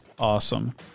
awesome